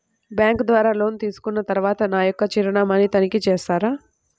Bank ద్వారా loan తీసుకున్న తరువాత నా యొక్క చిరునామాని తనిఖీ చేస్తారా?